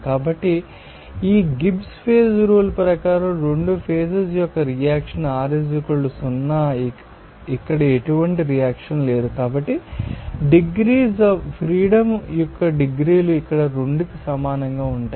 కాబట్టి ఈ Gibbs phase rule ప్రకారం రెండు ఫేసెస్ యొక్క రియాక్షన్ r 0 ఇక్కడ ఎటువంటి రియాక్షన్ లేదు కాబట్టి ఫ్రీడమ్ యొక్క డిగ్రీలు ఇక్కడ 2 కి సమానంగా ఉంటాయి